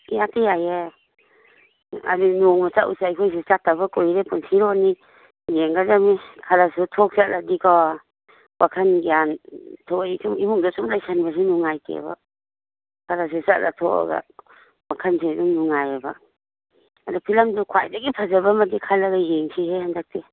ꯏꯌꯥꯇ ꯌꯥꯏꯌꯦ ꯑꯗꯨꯗꯤ ꯅꯣꯡꯃ ꯆꯠꯂꯨꯁꯦ ꯑꯩꯈꯣꯏꯁꯨ ꯆꯠꯇꯕ ꯀꯨꯏꯔꯦ ꯄꯨꯟꯁꯤꯔꯣꯟꯅꯤ ꯌꯦꯡꯒꯗꯃꯤ ꯈꯔꯁꯨ ꯊꯣꯛ ꯆꯠꯂꯗꯤꯀꯣ ꯋꯥꯈꯟ ꯒ꯭ꯌꯥꯟ ꯊꯣꯛꯏ ꯁꯨꯝ ꯏꯃꯨꯡꯗ ꯁꯨꯝ ꯂꯩꯁꯟꯕꯁꯨ ꯅꯨꯡꯉꯥꯏꯇꯦꯕ ꯈꯔꯁꯨ ꯆꯠꯂ ꯊꯣꯛꯑꯒ ꯋꯥꯈꯜꯁꯦ ꯑꯗꯨꯝ ꯅꯨꯡꯉꯥꯏꯌꯦꯕ ꯑꯗꯨ ꯐꯤꯂꯝꯁꯨ ꯈ꯭ꯋꯥꯏꯗꯒꯤ ꯐꯖꯕ ꯑꯃꯗꯤ ꯈꯜꯂꯒ ꯌꯦꯡꯁꯤꯍꯦ ꯍꯟꯗꯛꯇꯤ